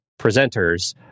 presenters